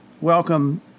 welcome